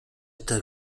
état